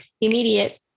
immediate